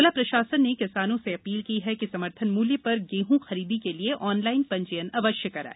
जिला प्रशासन ने किसानों से अपील की है कि समर्थन मूल्य पर गेहूं खरीदी के लिये ऑनलाइन पंजीयन अवश्य कराए